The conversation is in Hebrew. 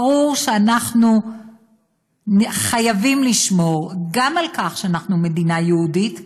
ברור שאנחנו חייבים לשמור גם על כך שאנחנו מדינה יהודית,